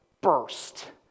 burst